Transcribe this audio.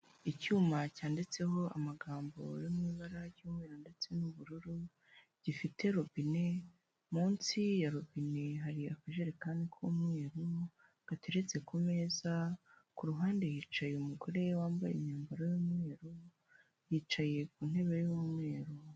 Icyuma cyanditseho amagambo yo mu ibara ry'umweru ndetse n'ubururu, gifite robine munsi ya robine hari akajerekani k'umweru gateretse ku meza, ku ruhande hicaye umugore we wambaye imyambaro y'umweru, yicaye ku ntebe y'umweru.